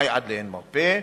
מאי עד לאין מרפא?